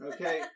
Okay